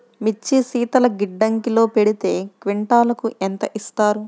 మిర్చి శీతల గిడ్డంగిలో పెడితే క్వింటాలుకు ఎంత ఇస్తారు?